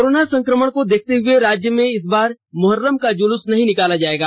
corona संक्रमण को देखते हुए राज्य में इस बार मुहर्रम का जुलूस नहीं निकाला जाएगा